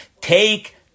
take